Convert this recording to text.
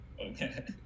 okay